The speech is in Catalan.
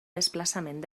desplaçament